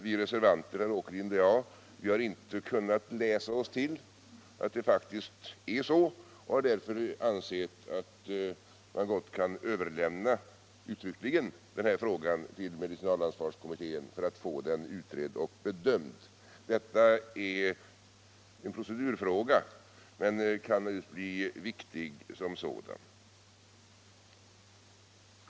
Vi reservanter, herr Åkerlind och jag, har inte kunnat läsa oss till att det faktiskt är så och har därför ansett att man uttryckligen kan överlämna denna fråga till medicinalansvarskom Insyn, integritet och rättssäkerhet inom sjukvården Insyn, integritet och mittén för att få den utredd och bedömd. Detta är en procedurfråga men kan bli viktig som sådan.